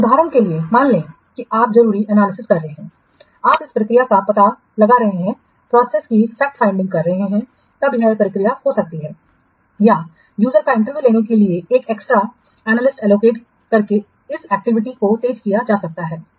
उदाहरण के लिए मान लें कि आप जरूरी एनालिसिस कर रहे हैं आप इस प्रक्रिया का पता लगा रहे हैं प्रोसेस की फैक्ट फाइंडिंग कर रहे हैं तब यह प्रक्रिया हो सकती है या यूजर्स का इंटरव्यू लेने के लिए एक एक्स्ट्रा एनालिस्ट एलोकेट करके इस एक्टिविटी को तेज किया जा सकता है